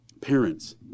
Parents